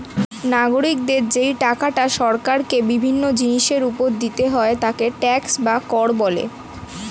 নাগরিকদের যেই টাকাটা সরকারকে বিভিন্ন জিনিসের উপর দিতে হয় তাকে ট্যাক্স বা কর বলে